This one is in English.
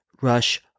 Rush